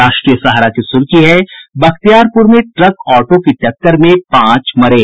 राष्ट्रीय सहारा की सुर्खी है बख्तियारपुर में ट्रक ऑटो की टक्कर में पांच मरे